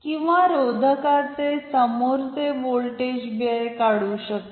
किंवा रोधकाचे समोरचे वोल्टेज व्यय काढू शकता